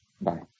Bye